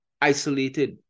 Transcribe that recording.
isolated